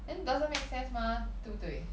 then doesn't make sense mah 对不对